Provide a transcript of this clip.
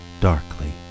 Darkly